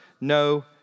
no